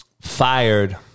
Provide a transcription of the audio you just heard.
fired